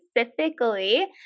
specifically